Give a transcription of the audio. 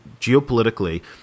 geopolitically